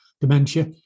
dementia